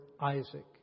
Isaac